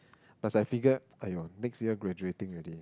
plus I figured !aiyo! next year graduating already